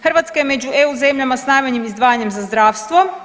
Hrvatska je među EU zemljama sa najmanjim izdvajanjem za zdravstvo.